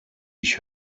ich